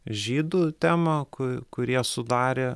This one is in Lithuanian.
žydų temą ku kurie sudarė